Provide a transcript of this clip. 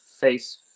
face